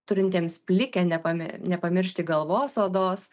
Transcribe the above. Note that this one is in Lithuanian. turintiems plikę nepami nepamiršti galvos odos